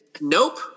Nope